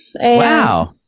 Wow